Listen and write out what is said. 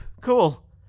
cool